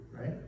right